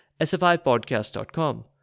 sfipodcast.com